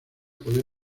puede